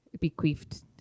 bequeathed